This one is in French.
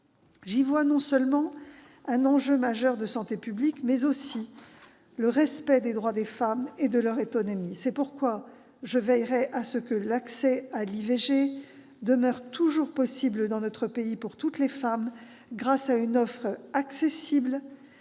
J'y vois un enjeu majeur non seulement de santé publique, mais aussi de respect des droits des femmes et de leur autonomie. C'est pourquoi je veillerai à ce que l'accès à l'IVG demeure toujours possible, dans notre pays, pour toutes les femmes, grâce à une offre accessible,